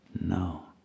No